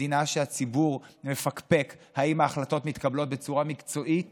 מדינה שהציבור מפקפק אם ההחלטות מתקבלות בה בצורה מקצועית